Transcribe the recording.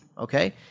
Okay